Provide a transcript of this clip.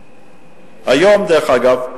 היום, דרך אגב,